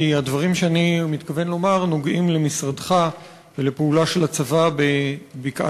כי הדברים שאני מתכוון לומר נוגעים למשרדך ולפעולה של הצבא בבקעת-הירדן.